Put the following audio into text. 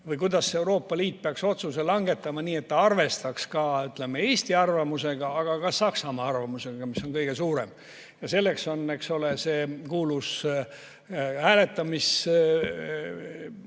või kuidas Euroopa Liit peaks otsuse langetama, nii et ta arvestaks, ütleme, Eesti arvamusega, aga ka Saksamaa arvamusega, mis on kõige suurem riik. Selleks on, eks ole, see kuulus hääletamise valem